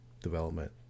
development